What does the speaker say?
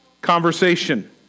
conversation